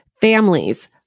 families